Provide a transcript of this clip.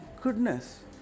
goodness